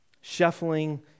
shuffling